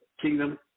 kingdom